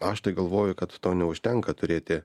aš tai galvoju kad to neužtenka turėti